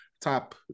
top